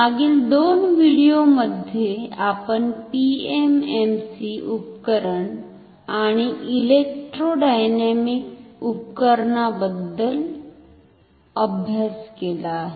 मागील दोन व्हिडिओंमध्ये आपण पीएमएमसी उपकरण आणि इलेक्ट्रोडायनामिक उपकरणा बद्दल अभ्यास केला आहे